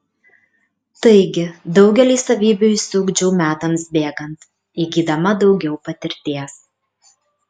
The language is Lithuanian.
taigi daugelį savybių išsiugdžiau metams bėgant įgydama daugiau patirties